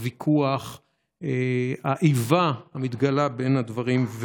הוויכוח, האיבה המתגלה בין הדברים.